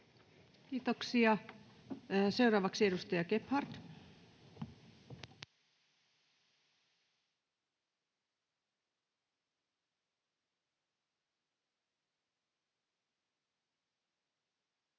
Kiitoksia. — Seuraavaksi edustaja Gebhard. [Speech